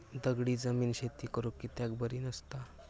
दगडी जमीन शेती करुक कित्याक बरी नसता?